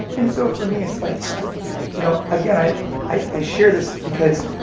and, so for me and like you know again, i share this, because.